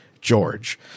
George